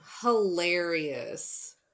hilarious